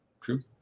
true